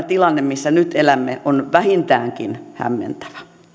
tilanne missä nyt elämme on vähintäänkin hämmentävä